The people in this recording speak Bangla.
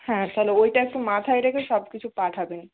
হ্যাঁ তাহলে ওইটা একটু মাথায় রেখে সব কিছু পাঠাবেন